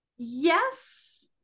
Yes